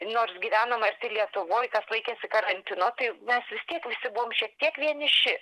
nors gyvenom arti lietuvoj kas laikėsi karantino tai mes vis tiek visi buvom šiek tiek vieniši